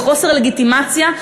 בחוסר לגיטימציה,